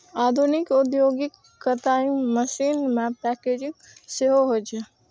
आधुनिक औद्योगिक कताइ मशीन मे पैकेजिंग सेहो होइ छै